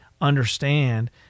understand